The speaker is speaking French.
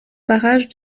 barrage